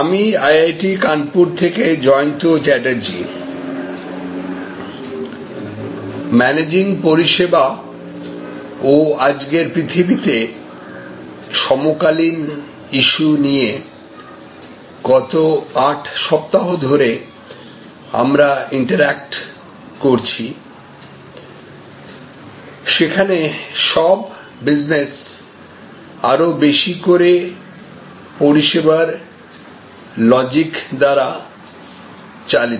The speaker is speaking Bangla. আমি IIT কানপুর থেকে জয়ন্ত চ্যাটার্জী ম্যানেজিং পরিষেবা ও আজকের পৃথিবীতে সমকালীন ইস্যু নিয়ে গত 8 সপ্তাহ ধরে আমরা ইন্টারঅ্যাক্ট করছি সেখানে সব বিজনেস আরো বেশি করে পরিষেবার লজিক দ্বারা চালিত